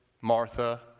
Martha